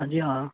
हां जी हां